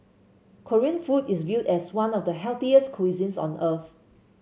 Korean food is viewed as one of the healthiest cuisines on earth